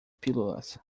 pílulas